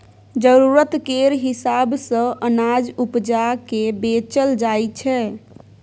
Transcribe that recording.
जरुरत केर हिसाब सँ अनाज उपजा केँ बेचल जाइ छै